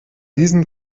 diesem